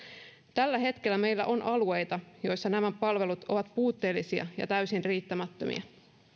tällä hetkellä meillä on alueita joissa nämä palvelut ovat puutteellisia ja täysin riittämättömiä